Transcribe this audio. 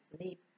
sleep